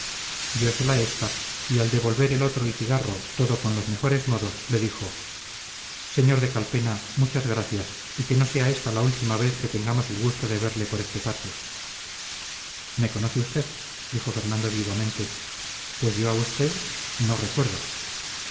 candela diósela este y al devolver el otro el cigarro todo con los mejores modos le dijo sr de calpena muchas gracias y que no sea esta la última vez que tengamos el gusto de verle por este patio me conoce usted dijo fernando vivamente pues yo a usted no recuerdo